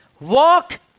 Walk